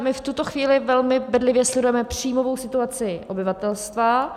My v tuto chvíli velmi bedlivě sledujeme příjmovou situaci obyvatelstva.